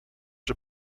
się